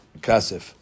Kasif